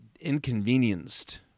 inconvenienced